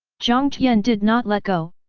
jiang tian did not let go,